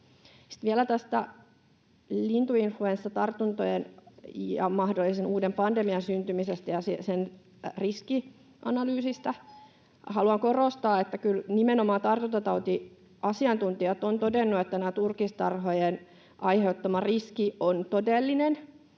vielä tästä lintuinfluenssatartuntojen ja mahdollisen uuden pandemian syntymisestä ja sen riskianalyysista: Haluan korostaa, että kyllä nimenomaan tartuntatautiasiantuntijat ovat todenneet, että turkistarhojen aiheuttama riski on todellinen.